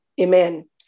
amen